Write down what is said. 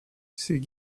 c’est